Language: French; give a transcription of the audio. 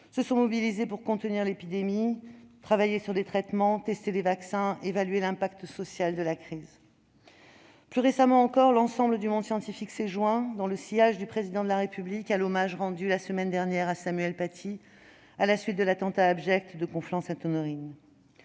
se sont mobilisés pour contenir l'épidémie, trouver des traitements, tester des vaccins, évaluer l'impact social de la crise. Plus récemment encore, l'ensemble du monde scientifique s'est joint, dans le sillage du Président de la République, à l'hommage rendu la semaine dernière à Samuel Paty, à la suite de l'attentat abject de Conflans-Sainte-Honorine.